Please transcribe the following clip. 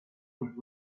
would